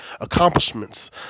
accomplishments